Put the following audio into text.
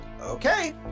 Okay